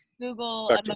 Google